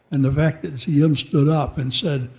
and the fact that diem stood up and said,